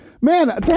Man